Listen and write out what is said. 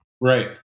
Right